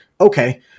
Okay